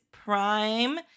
Prime